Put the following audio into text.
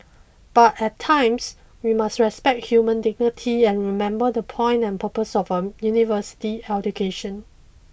but at times we must respect human dignity and remember the point and purpose of a university education